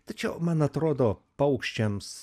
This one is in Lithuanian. tačiau man atrodo paukščiams